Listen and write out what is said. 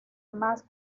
más